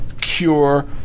cure